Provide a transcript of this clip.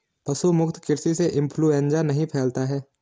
पशु मुक्त कृषि से इंफ्लूएंजा नहीं फैलता है